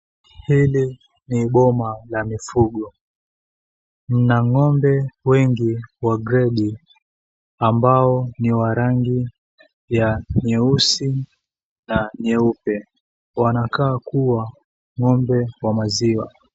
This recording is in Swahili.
Hili ni boma la mifugo. Lina ng'ombe wengi wa gredi ambao ni wa rangi ya nyeusi na nyeupe. Wanakaa kuwa ng'ombe wa maziwa.